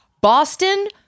Boston